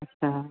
अच्छा